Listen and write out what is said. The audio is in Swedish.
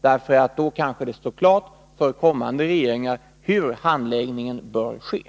Det bör stå klart för kommande regeringar hur handläggningen skall vara.